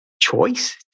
choice